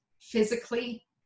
Physically